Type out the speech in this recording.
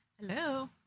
hello